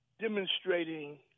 Demonstrating